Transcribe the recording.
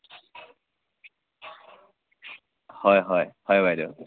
হয় হয় হয় বাইদ'